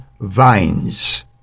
vines